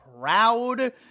proud